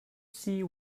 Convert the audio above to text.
see